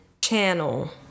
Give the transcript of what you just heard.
channel